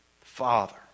father